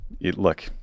Look